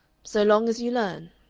so long as you learn,